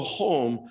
home